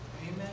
Amen